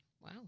Wow